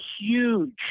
huge